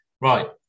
right